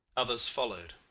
others followed.